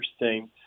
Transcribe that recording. interesting